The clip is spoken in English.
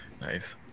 Nice